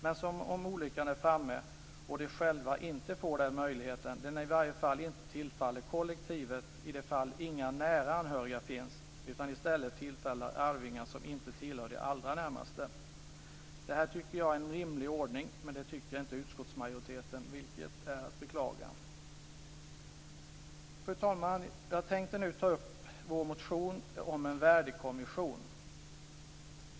Men om olyckan är framme och de själva inte får den möjligheten tillfaller den i varje fall inte kollektivet i de fall inga nära anhöriga finns. I stället tillfaller den arvingar som inte tillhör de allra närmaste. Detta tycker jag är en rimlig ordning, men det tycker inte utskottsmajoriteten, vilket är att beklaga. Fru talman! Jag tänker nu ta upp vår motion om en värdekommission.